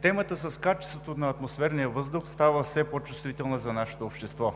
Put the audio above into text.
Темата с качеството на атмосферния въздух става все по-чувствителна за нашето общество.